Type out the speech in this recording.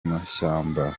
mashyamba